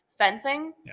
Fencing